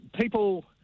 people